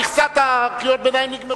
בעזרת השם.